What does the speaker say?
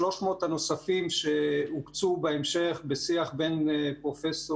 300 הנוספים שהוקצו בהמשך בשיח בין פרופ'